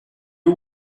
you